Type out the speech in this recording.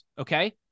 Okay